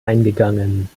eingegangen